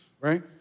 right